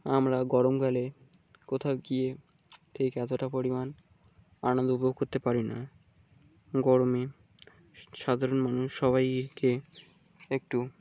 আমরা গরমকালে কোথাও গিয়ে ঠিক এতটা পরিমাণ আনন্দ উপভোগ করতে পারি না গরমে সাধারণ মানুষ সবাইকে একটু